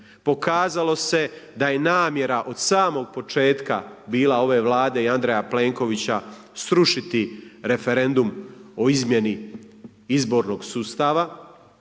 pokazalo se da je namjera od samog početka bila ove Vlade i Andreja Plenkovića srušiti referendum o izmjeni izbornog sustava